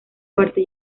parte